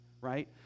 right